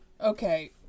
okay